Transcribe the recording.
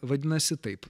vadinasi taip